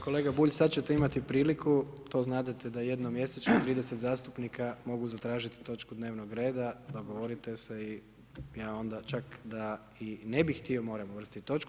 Kolega Bulj, sada ćete imati priliku, to znadete da jednom mjesečno, 30 zastupnika mogu zatražiti točku dnevnoga reda, dogovorite se i ja onda čak i da ne bi htio, moram uvrstiti točku.